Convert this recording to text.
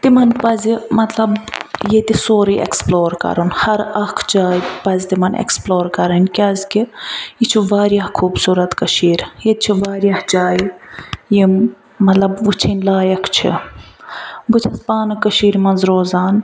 تِمن پزِ مطلب ییٚتہِ سورُے ایٚکٕسپلور کرُن ہر اَکھ جاے پزِ تِمن ایٚکٕسپلور کرٕنۍ کیٚازِ کہِ یہِ چھِ واریاہ خوبصورت کشیٖر ییٚتہِ چھِ واریاہ جایہِ یِم مطلب وُچِھنۍ لایق چھِ بہٕ چھَس پانہٕ کشیٖرِ منٛز روزان